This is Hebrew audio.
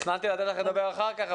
לתת לך לדבר אחר כך,